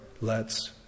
lets